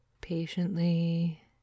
Patiently